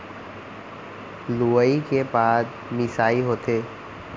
लुवई के बाद मिंसाई होथे